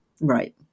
right